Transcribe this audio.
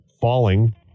falling